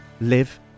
live